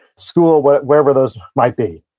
school, but or wherever those might be.